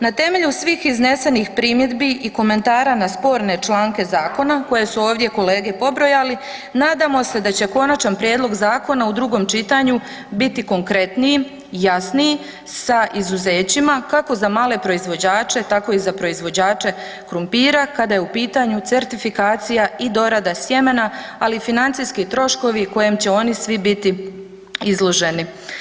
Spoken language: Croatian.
Na temelju svih iznesenih primjedbi i komentara na sporne članke zakona koje su ovdje kolege pobrojali, nadamo se da će konačan prijedlog zakona u drugom čitanju biti konkretniji i jasniji sa izuzećima, kako za male proizvođače tako i za proizvođače krumpira kada je u pitanju certifikacija i dorada sjemena, ali i financijski troškovi kojim će oni svi biti izloženi.